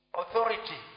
authority